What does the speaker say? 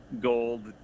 gold